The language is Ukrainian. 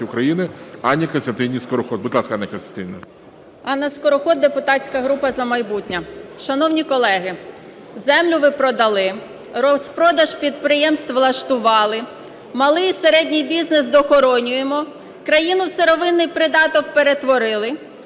України Анні Костянтинівні Скороход. Будь ласка, Анна Костянтинівна. 15:12:32 СКОРОХОД А.К. Анна Скороход, депутатська група "За майбутнє". Шановні колеги, землю ви продали, розпродаж підприємств влаштували, малий і середній бізнес дохоронюємо, країну в сировинний придаток перетворили,